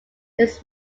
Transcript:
his